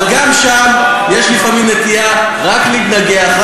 אבל גם שם יש לפעמים נטייה רק להתנגח.